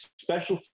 Special